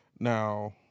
Now